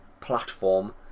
platform